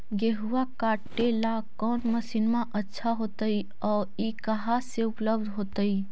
गेहुआ काटेला कौन मशीनमा अच्छा होतई और ई कहा से उपल्ब्ध होतई?